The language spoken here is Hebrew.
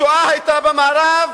השואה היתה במערב,